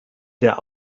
der